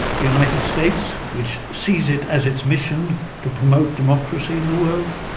the united states, which sees it as its mission to promote democracy in the world,